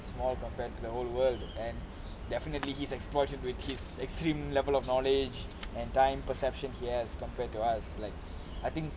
small compared to the whole world and definitely he's explored it with his extreme level of knowledge and time perception he has compared to us like I think